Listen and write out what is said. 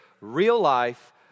real-life